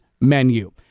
menu